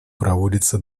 проводится